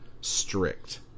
strict